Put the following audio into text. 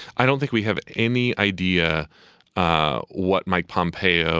i don't think we have any idea ah what mike pompeo